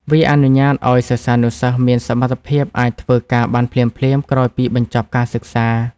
វាអនុញ្ញាតឱ្យសិស្សានុសិស្សមានសមត្ថភាពអាចធ្វើការបានភ្លាមៗក្រោយពីបញ្ចប់ការសិក្សា។